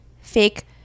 fake